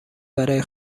برای